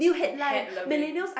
pet loving